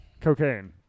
Cocaine